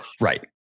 Right